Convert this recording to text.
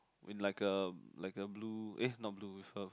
like a like a blue eh not blue with her